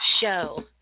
show